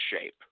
shape